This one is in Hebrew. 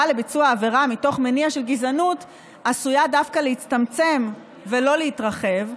לביצוע עבירה מתוך מניעה של גזענות עשויה דווקא להצטמצם ולא להתרחב,